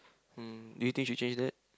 mm do you think should change that